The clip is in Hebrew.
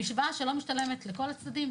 המשוואה שלא משתלמת לכל הצדדים,